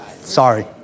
Sorry